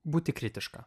būti kritiška